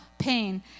pain